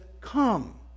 come